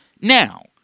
now